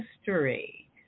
history